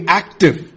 active